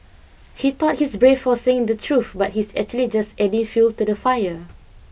he thought he's brave for saying the truth but he's actually just adding fuel to the fire